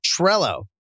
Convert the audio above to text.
Trello